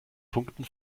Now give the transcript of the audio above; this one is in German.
punkten